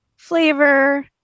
Flavor